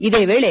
ಇದೇ ವೇಳೆ